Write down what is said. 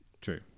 True